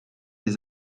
les